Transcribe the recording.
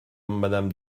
madame